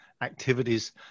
activities